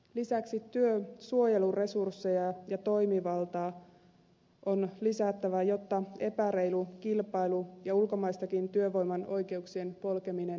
lisäksi työsuojelun resursseja ja toimivaltaa on lisättävä jotta epäreilu kilpailu ja ulkomaisenkin työvoiman oikeuksien polkeminen vähenee